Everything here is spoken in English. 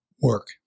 work